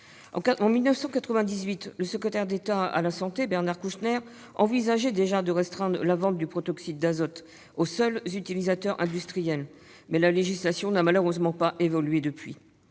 alors secrétaire d'État à la santé, envisageait déjà de restreindre la vente de protoxyde d'azote aux seuls utilisateurs industriels. La législation n'a malheureusement pas évolué depuis.